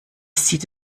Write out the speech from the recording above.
sieht